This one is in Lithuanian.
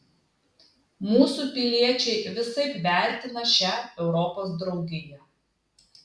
mūsų piliečiai visaip vertina šią europos draugiją